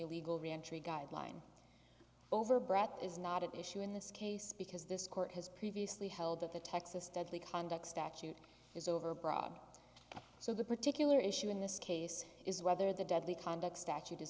illegal reentry guideline overbred is not at issue in this case because this court has previously held that the texas deadly conduct statute is overbroad so the particular issue in this case is whether the deadly conduct statute